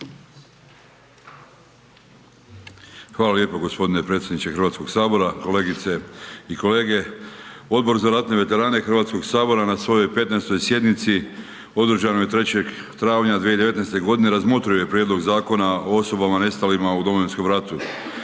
Hvala lijepo g. predsjedniče Hrvatskog sabora, kolegice i kolege. Odbor za ratne veterane Hrvatskog sabora na svojoj 15. sjednici održanoj 3. travnja 2019. g. razmotrio je prijedlog Zakona o osobama nestalima u Domovinskom ratu